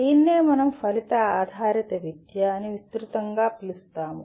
దీనినే మనం ఫలిత ఆధారిత విద్య అని విస్తృతంగా పిలుస్తాము